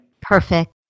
Perfect